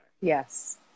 Yes